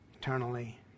eternally